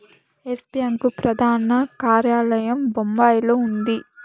yes bank ప్రధాన కార్యాలయం బొంబాయిలో ఉంది